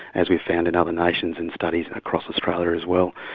as we found in other nations and studies across australia as well.